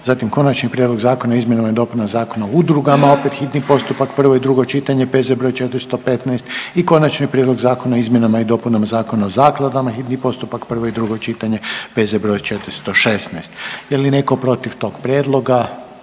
Zatim: - Konačni prijedlog zakona o izmjenama i dopunama Zakona o udrugama, hitni postupak, prvo i drugo čitanje, P.Z. broj 415. i - Konačni prijedlog zakona o izmjenama i dopunama Zakona o zakladama, hitni postupak, prvo i drugo čitanje, P.Z. broj 416. Je li netko protiv tog prijedloga?